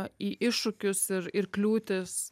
į iššūkius ir kliūtis